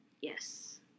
Yes